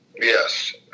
Yes